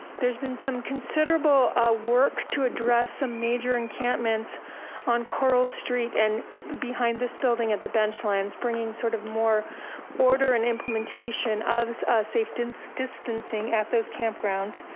there's been some considerable work to address some major encampments on coral street and behind this building at the bench lines, bringing sort of more order and implementation of safe distance distancing at those campgrounds,